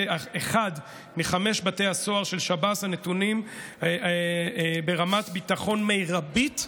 אחד מחמשת בתי הסוהר של שב"ס הנתונים ברמת ביטחון מרבית,